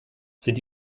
sind